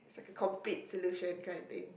complete solution that kind of thing